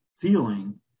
feeling